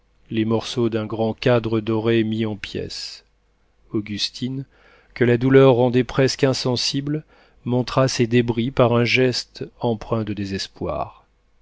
les morceaux d'un grand cadre doré mis en pièce augustine que la douleur rendait presque insensible montra ces débris par un geste empreint de désespoir